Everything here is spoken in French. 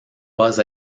pas